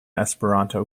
esperanto